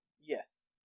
yes